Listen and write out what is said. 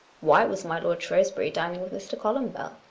why was my lord shrewsbury dining with mr. columbell?